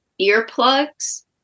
earplugs